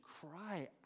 cry